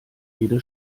jede